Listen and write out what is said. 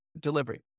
delivery